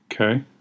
Okay